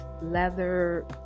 leather